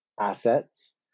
assets